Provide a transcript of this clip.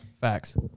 Facts